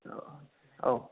औ